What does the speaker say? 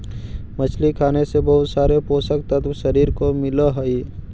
मछली खाने से बहुत सारे पोषक तत्व शरीर को मिलअ हई